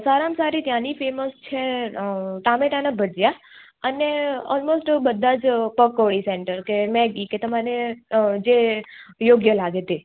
સારામાં સારી ત્યાંની ફેમસ છે ટામેટાનાં ભજીયા અને ઓલમોસ્ટ બધાં જ પકોડી સેન્ટર કે મેગી કે તમને જે યોગ્ય લાગે તે